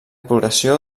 progressió